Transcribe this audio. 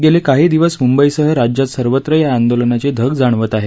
गेले काही दिवस मुंबईसह राज्यात सर्वत्र या आंदोलनाची धग जाणवत आहे